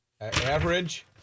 Average